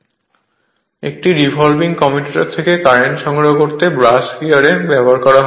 এর পরে একটি রিভলভিং কমিউটেটর থেকে কারেন্ট সংগ্রহ করতে ব্রাশ গিয়ার ব্যবহার করা হয়